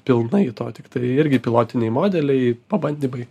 pilnai to tiktai irgi pilotiniai modeliai pabandymai